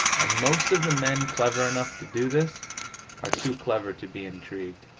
and most of the men clever enough to do this are too clever to be intrigued.